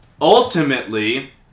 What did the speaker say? ultimately